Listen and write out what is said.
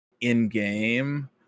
in-game